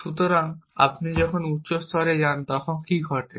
সুতরাং আপনি যখন ভাষার উচ্চ স্তরে যান তখন কী ঘটে